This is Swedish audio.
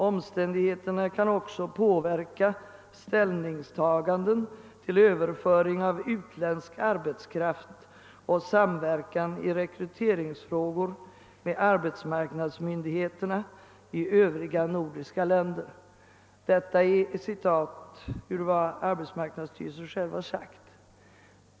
Omständigheterna kan också påverka ställningstaganden till överföring av utländsk arbetskraft och samverkan i rekryteringsfrågor med arbetsmarknadsmyndigheterna i övriga nordiska länder.» Detta är ett citat av vad arbetsmarknadsstyrelsen själv har sagt.